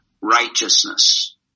righteousness